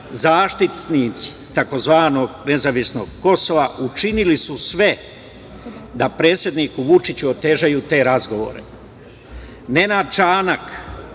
zaštitnici tzv. nezavisnog Kosova učinili su sve da predsedniku Vučiću otežaju te razgovore. Nenad